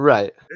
Right